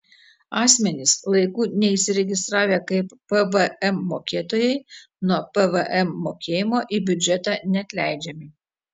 asmenys laiku neįsiregistravę kaip pvm mokėtojai nuo pvm mokėjimo į biudžetą neatleidžiami